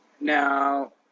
Now